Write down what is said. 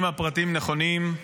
אם הפרטים נכונים,